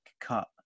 cut